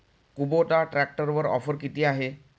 Kubota ट्रॅक्टरवर offer किती आहे?